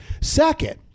second